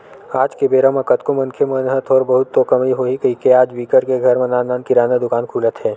आज के बेरा म कतको मनखे मन ह थोर बहुत तो कमई होही कहिके आज बिकट के घर म नान नान किराना दुकान खुलत हे